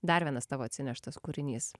dar vienas tavo atsineštas kūrinys